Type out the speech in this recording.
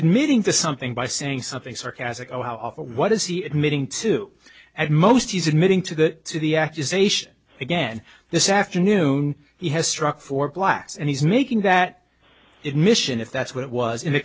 admitting to something by saying something sarcastic oh how awful what is he admitting to at most he's admitting to that the accusation again this afternoon he has struck for blacks and he's making that it mission if that's what it was in the